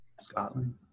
Scotland